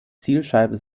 zielscheibe